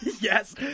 Yes